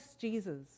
Jesus